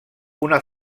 una